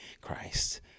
Christ